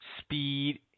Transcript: speed